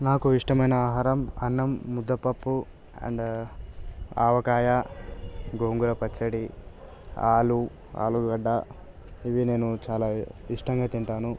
నాకు ఇష్టమైన ఆహారం అన్నం ముద్దపప్పు అండ్ ఆవకాయ గోంగూర పచ్చడి ఆలు ఆలుగడ్డ ఇవి నేను చాలా ఇష్టంగా తింటాను